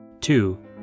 Two